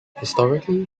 historically